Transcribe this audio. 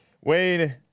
Wayne